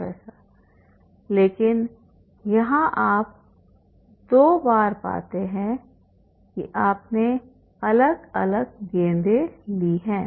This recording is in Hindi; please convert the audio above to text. प्रोफ़ेसर लेकिन यहाँ आप 2 बार पाते हैं कि आपने अलग अलग गेंदें ली हैं